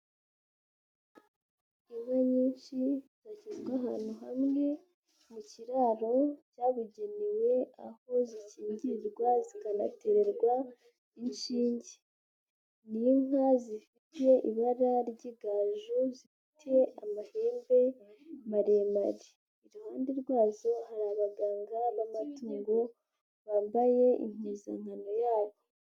Inka nyinshi zashyirzwe ahantu hamwe mu kiraro cyabugenewe aho zikingirwa zikanaterwa inshinge, ni inka zifite ibara ry'igaju zifite amahembe maremare, iruhande rwazo hari abaganga b'amatungo bambaye impuzankano yabo.